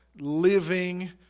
living